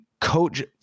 coach